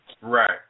Right